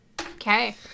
okay